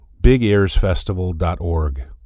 BigEarsFestival.org